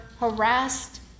harassed